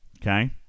Okay